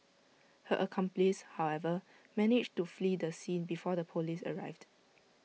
her accomplice however managed to flee the scene before the Police arrived